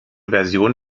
version